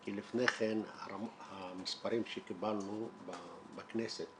כי לפני כן המספרים שקיבלנו בכנסת